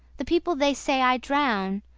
the people they say i drown,